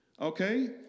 okay